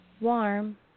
warm